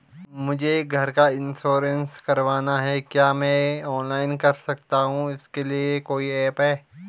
मुझे घर का इन्श्योरेंस करवाना है क्या मैं ऑनलाइन कर सकता हूँ इसके लिए कोई ऐप है?